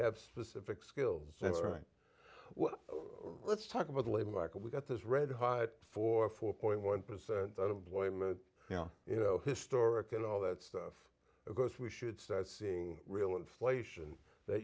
have specific skills that's right well let's talk about the labor market we've got this red hot for four point one percent unemployment now you know historic and all that stuff because we should start seeing real inflation th